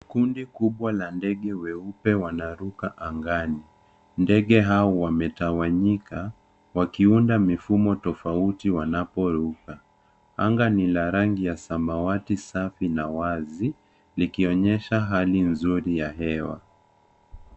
Kundi kubwa la ndege weupe wanaruka angani. Ndege hao wametawanyika, wakiunda mifumo tofauti wanaporuka. Anga ni la rangi ya samawati safi na wazi, likionyesha hali nzuri ya hewa.